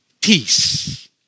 peace